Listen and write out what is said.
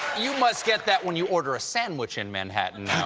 you must get that when you order a sandwich in manhattan now.